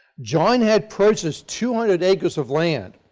john had purchased two hundred acres of land,